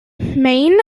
main